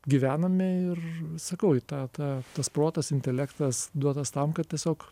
gyvename ir sakau į tą tą tas protas intelektas duotas tam kad tiesiog